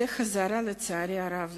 לצערי הרב,